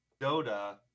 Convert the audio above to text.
dota